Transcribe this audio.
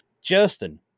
Justin